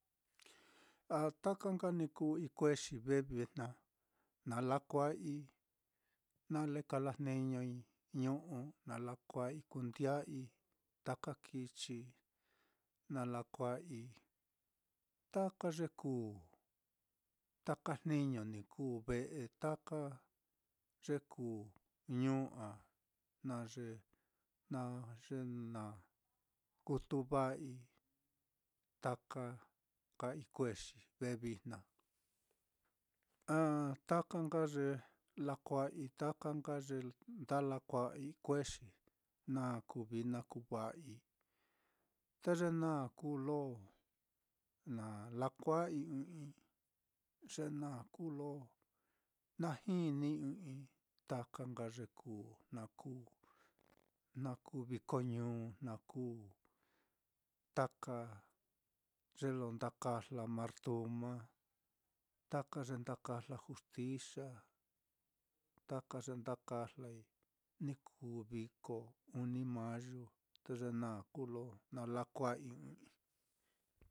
A taka nka ikuexi ve vijna na lakua'ai, nale kalajniñoi ñu'u, na lakua'ai kundi'ai, taka kichi na lakua'aitaka ye kuu taka jniño ni kuu ve'e, taka ye kuu ñuu á, jna ye jna ye na kutu va'ai taka nka ikuexi ve vija'a, an taka nka ye lakua'ai, taka nka ye nda lakua'ai ikuexi, na kuu vií na kuu va'ai, te ye naá kuu lo na lakua'ai ɨ́ɨ́n ɨ́ɨ́n-i, ye naá kuu lo na jinii ɨ́ɨ́n ɨ́ɨ́n-i, ta ka nka ye kuu jna kuu jna kuu viko ñuu, jna kuu taka ye lo nda kajla martuma, taka ye nda kajla juxtixa, taka ye nda kajlai ni kuu viko uni mayu, te ye naá kuu lo na lakua'ai ɨ́ɨ́n ɨ́ɨ́n-i.